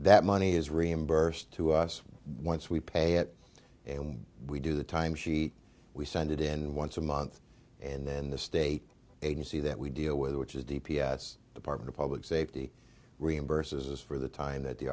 that money is reimbursed to us once we pay it and we do the time sheet we send it in once a month and then the state agency that we deal with which is d p s department of public safety reimburse is for the time that the